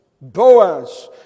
Boaz